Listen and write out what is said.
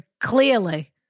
clearly